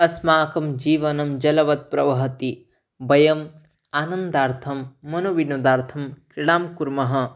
अस्माकं जीवनं जलवत् प्रवहति वयम् आनन्दार्थं मनोविनोदार्थं क्रीडां कुर्मः